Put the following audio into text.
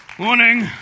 Morning